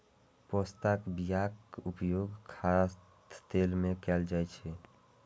पोस्ताक बियाक उपयोग खाद्य तेल मे कैल जाइ छै